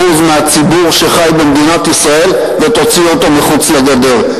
מהציבור שחי במדינת ישראל ותוציאו אותו מחוץ לגדר.